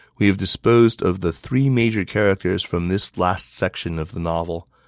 we have disposed of the three major characters from this last section of the novel.